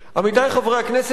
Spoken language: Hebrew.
עמיתי חברי הכנסת,